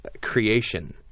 creation